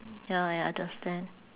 ya I understand